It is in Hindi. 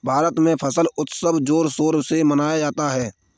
भारत में फसल उत्सव जोर शोर से मनाया जाता है